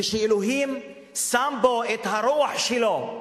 ושאלוהים שם בו את הרוח שלו.